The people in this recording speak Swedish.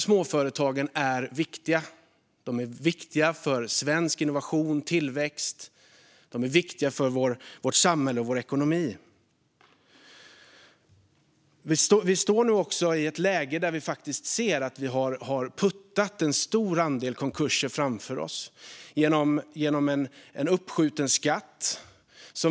Småföretagen är viktiga för svensk innovation, för tillväxt, för vårt samhälle och för vår ekonomi. Vi befinner oss nu i ett läge där vi faktiskt ser att vi har puttat en stor andel konkurser framför oss genom en uppskjuten skatt.